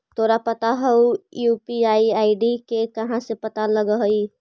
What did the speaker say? तोरा पता हउ, यू.पी.आई आई.डी के कहाँ से पता लगऽ हइ?